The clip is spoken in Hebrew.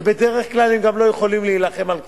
בדרך כלל הם לא יכולים להילחם על כבודם.